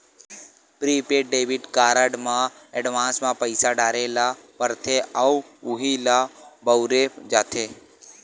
prepaid debit card म advance म पइसा डारे ल परथे अउ उहीं ल बउरे जाथे